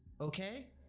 okay